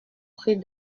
prie